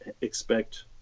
expect